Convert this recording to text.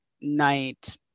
night